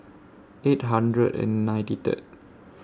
eight hundred and ninety Third